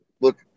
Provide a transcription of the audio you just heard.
Look